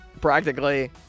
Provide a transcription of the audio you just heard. practically